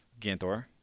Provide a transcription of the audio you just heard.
Gantor